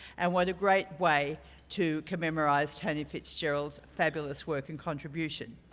and what a great way to commemorate tony fitzgerald's fabulous work and contribution.